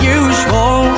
usual